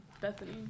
Bethany